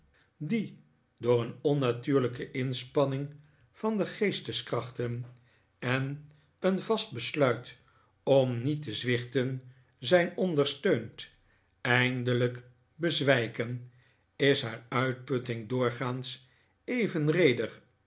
die door een onnatuurlijke inspanning van de geesteskrachten en een vast besluit om niet te zwichten zijn ondersteund eindelijk bezwijken is haar uitputting doorgaans